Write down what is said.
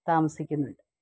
താമസിക്കുന്നുണ്ട്